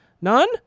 none